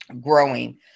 growing